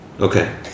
Okay